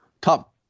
top